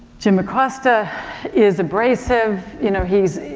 jim acosta is abrasive. you know, he's,